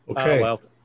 okay